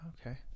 Okay